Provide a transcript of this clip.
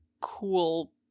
cool